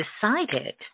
decided